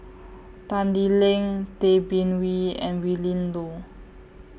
Tan Lee Leng Tay Bin Wee and Willin Low